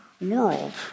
world